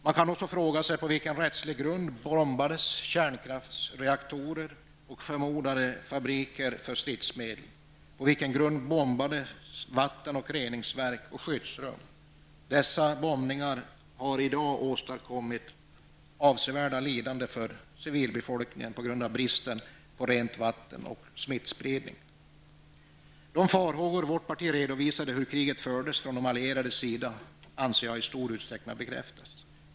Man kan också fråga sig på vilken rättslig grund kärnkraftsreaktorer och förmodade fabriker för stridsmedel bombades. På vilken grund bombades vattenverk, reningsverk och skyddsrum? Dessa bombningar har i dag genom bristen på rent vatten och smittspridningen åstadkommit avsevärda lidanden för civilbefolkningen. De farhågor vårt parti redovisade om hur kriget fördes från de allierades sida anser jag i stor utsträckning har bekräftats.